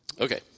Okay